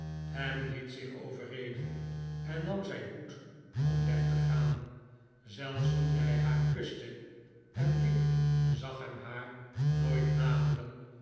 ham het zich overreden en nam zijn hoed om weg te gaan zelfs toen hij haar kuste en ik zag hem haar nooit naderen